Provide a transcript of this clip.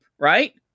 right